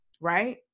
right